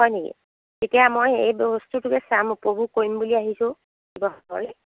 হয় নেকি এতিয়া মই এই বস্তুটোকে চাম উপভোগ কৰিম বুলি আহিছোঁ শিৱসাগৰলৈ